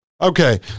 Okay